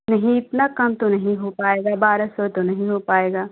नहीं इतना काम तो नहीं हो पाएगा बारह सौ तो नहीं हो पाएगा